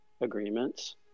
agreements